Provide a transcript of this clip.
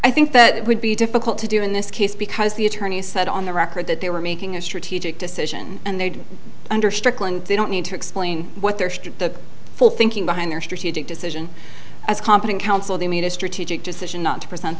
i think that it would be difficult to do in this case because the attorneys said on the record that they were making a strategic decision and they did under strickland they don't need to explain what their the full thinking behind their strategic decision as competent counsel they made a strategic decision not to present